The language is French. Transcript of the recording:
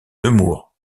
nemours